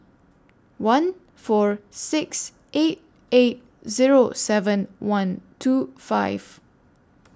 one four six eight eight Zero seven one two five